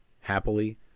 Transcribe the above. Happily